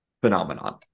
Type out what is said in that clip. phenomenon